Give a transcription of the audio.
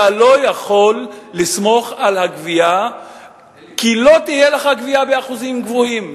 אתה לא יכול לסמוך על הגבייה כי לא תהיה לך גבייה באחוזים גבוהים,